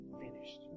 finished